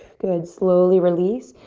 good, slowly release.